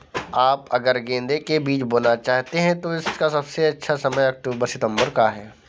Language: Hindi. आप अगर गेंदे के बीज बोना चाहते हैं तो इसका सबसे अच्छा समय अक्टूबर सितंबर का है